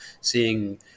seeing